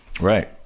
Right